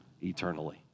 eternally